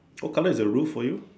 what colour is the roof for you